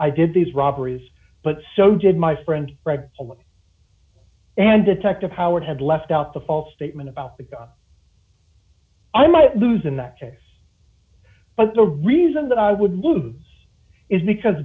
i did these robberies but so did my friend greg and detective howard had left out the false statement about because i might lose in that case but the reason that i would lose is because